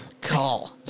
Call